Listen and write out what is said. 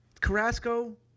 Carrasco